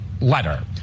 letter